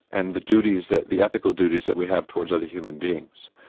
and the duties that, the ethical duties that we have towards other human beings.